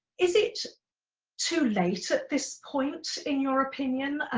is it too late at this point, in your opinion,